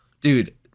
Dude